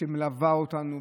מלווה אותנו,